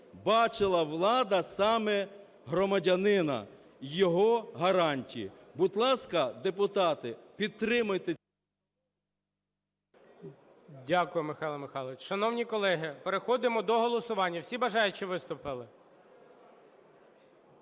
бачила влада саме громадянина і його гарантії. Будь ласка, депутати, підтримайте… ГОЛОВУЮЧИЙ. Дякую, Михайло Михайлович. Шановні колеги, переходимо до голосування. Всі бажаючі виступили?